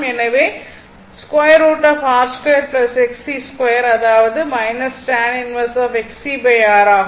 எனவே √R2 Xc2 அதாவது tan 1 Xc R ஆகும்